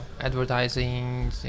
advertising